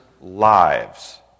lives